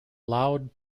loud